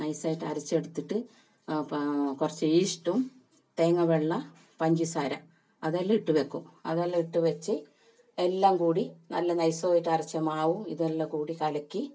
നൈസായിട്ട് അരച്ചെടുത്തിട്ട് കുറച്ച് ഈസ്റ്റും തേങ്ങ വെള്ളം പഞ്ചസാര അതെല്ലാം ഇട്ട് വയ്ക്കും അതെല്ലാം ഇട്ട് വച്ച് എല്ലാം കൂടി നല്ല നൈസായിട്ട് അരച്ച മാവും ഇതെല്ലം കൂടി കലക്കി